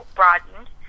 broadened